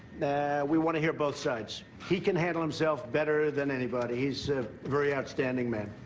we want to hear both sides. he can handle himself better than anybody. he's a very outstanding man.